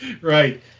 Right